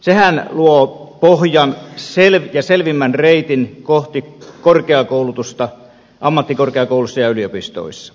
sehän luo pohjan ja selvimmän reitin kohti korkeakoulutusta ammattikorkeakouluissa ja yliopistoissa